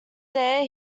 there